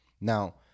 Now